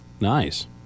Nice